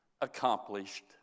accomplished